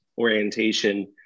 orientation